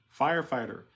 firefighter